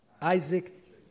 Isaac